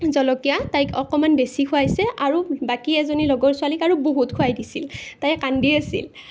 জলকীয়া তাইক অকণমান বেছি খুৱাইছে আৰু বাকী এজনী লগৰ ছোৱালীক আৰু বহুত খুৱাই দিছিল তাই কান্দি আছিল